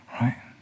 right